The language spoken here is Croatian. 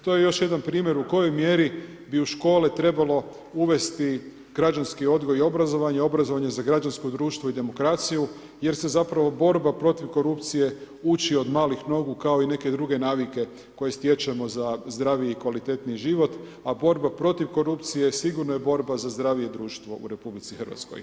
To je još jedan primjer u kojoj mjeri bi u škole trebalo uvesti građanski odgoj i obrazovanje, obrazovanje za građansko društvo i demokraciju, jer se zapravo borba protiv korupcije uči od malih nogu, kao i neke druge navike, koje stječemo za zdraviji i kvalitetniji život, a borba protiv korupcije, sigurno je borba za zdravije društvo u RH.